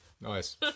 nice